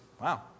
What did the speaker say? Wow